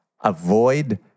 avoid